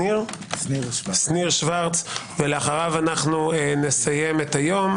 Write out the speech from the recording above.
שניר שוורץ, ולאחריו נסיים את היום.